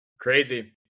Crazy